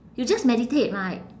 you just meditate right